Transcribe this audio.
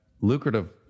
lucrative